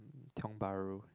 Tiong-Bahru